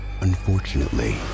Unfortunately